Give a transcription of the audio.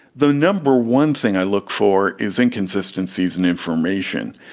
the number one thing i look for is inconsistencies in information.